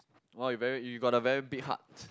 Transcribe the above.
!wow! you very you got a very big hearts